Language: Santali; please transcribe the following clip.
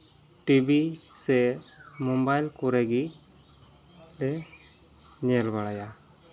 ᱴᱤᱵᱷᱤ ᱥᱮ ᱢᱳᱵᱟᱭᱤᱞ ᱠᱚᱨᱮ ᱜᱮ ᱞᱮ ᱧᱮᱞ ᱵᱟᱲᱟᱭᱟ